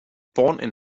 born